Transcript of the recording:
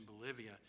Bolivia